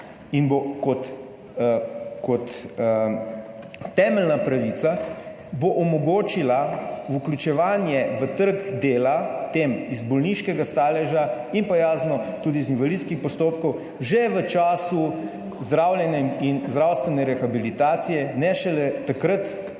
in bo kot temeljna pravica, bo omogočila vključevanje v trg dela tem iz bolniškega staleža in pa jasno tudi iz invalidskih postopkov že v času zdravljenja in zdravstvene rehabilitacije, ne šele takrat,